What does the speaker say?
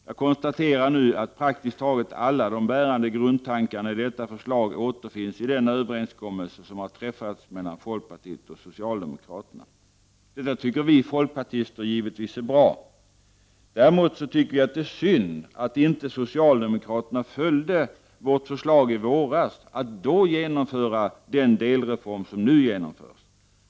Jag konstaterar nu att praktiskt tagit alla de bärande grundtankarna i detta förslag återfinns i den överenskommelse som träffats mellan folkpartiet och socialdemokraterna. Detta tycker vi folkpartister givetvis är bra. Däremot tycker vi det är synd att socialdemokraterna inte följde vårt förslag i våras att då genomföra en delreform som nu genomförs.